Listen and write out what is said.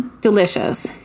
delicious